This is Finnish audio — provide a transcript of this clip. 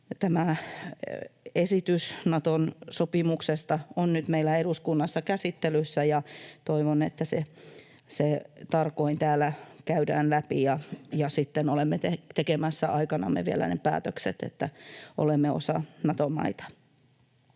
tämä esitys Nato-sopimuksesta on nyt meillä eduskunnassa käsittelyssä. Toivon, että se tarkoin täällä käydään läpi ja sitten olemme tekemässä aikanamme vielä ne päätökset, että olemme osa Nato-maita.